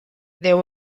there